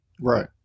Right